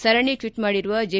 ಸರಣಿ ಟ್ವೀಟ್ ಮಾಡಿರುವ ಜೆ